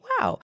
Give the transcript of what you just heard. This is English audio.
wow